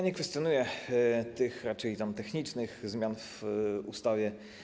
Nie kwestionuję tych raczej technicznych zmian w ustawie.